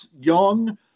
young